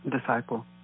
disciple